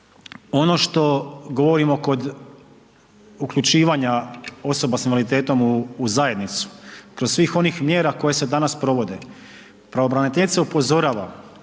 Ono što govorimo kod uključivanja osoba sa invaliditetom u zajednicu kroz svih onih mjera koje se danas provode, pravobraniteljica upozorava